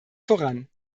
voran